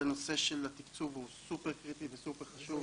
הנושא של התקצוב הוא סופר-קריטי וסופר-חשוב.